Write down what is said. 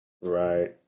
Right